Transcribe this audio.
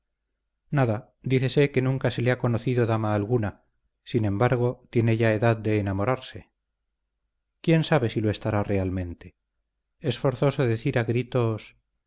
sentía nada dícese que nunca se le ha conocido dama alguna sin embargo tiene ya edad de enamorarse quién sabe si lo estará realmente es forzoso decir a gritos